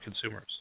consumers